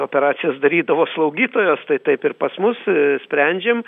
operacijas darydavo slaugytojos tai taip ir pas mus sprendžiam